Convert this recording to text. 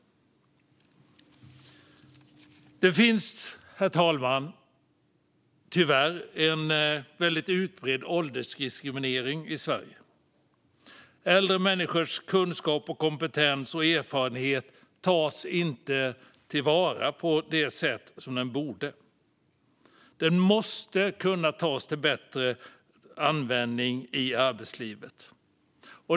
Herr talman! Det finns tyvärr en utbredd åldersdiskriminering i Sverige. Äldre människors kunskap, kompetens och erfarenhet tas inte till vara på det sätt som de borde. De måste kunna användas på ett bättre sätt i arbetslivet.